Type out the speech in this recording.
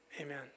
amen